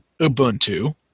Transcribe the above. Ubuntu